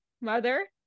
Mother